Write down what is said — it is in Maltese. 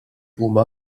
huma